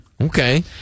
Okay